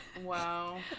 Wow